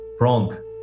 wrong